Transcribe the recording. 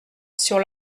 sur